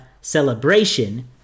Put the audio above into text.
celebration